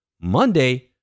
monday